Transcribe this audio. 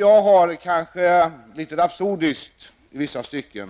Jag har, i vissa stycken kanske litet rapsodiskt,